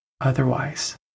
otherwise